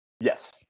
Yes